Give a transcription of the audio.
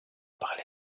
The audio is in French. parler